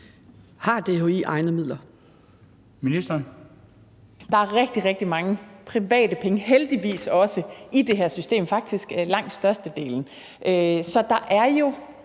Halsboe-Jørgensen): Der er rigtig mange private penge, heldigvis også i det her system – faktisk langt størstedelen. Så der er jo